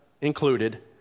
included